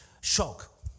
Shock